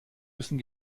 müssen